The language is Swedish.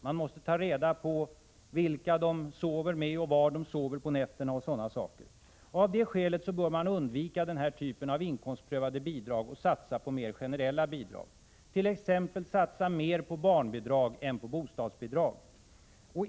Man måste ta reda på vilka de sover med, var de sover på nätterna och sådana saker. Av det skälet bör man undvika inkomstprövade bidrag och satsa på mer generella bidrag, t.ex. satsa mer på barnbidrag än på bostadsbidrag.